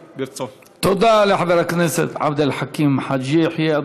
תודה לחבר הכנסת עבד אל חכים חאג' יחיא.